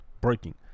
breaking